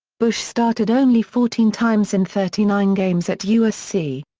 bush started only fourteen times in thirty nine games at usc.